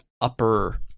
upper